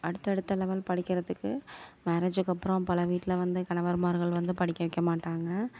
அடுத்த அடுத்த லெவல் படிக்கிறதுக்கு மேரேஜுக்கப்புறம் பல வீட்டில் வந்து கணவர்மார்கள் வந்து படிக்க வைக்க மாட்டாங்க